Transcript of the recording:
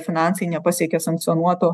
finansai nepasiekė sankcionuotų